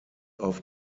auf